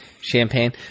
Champagne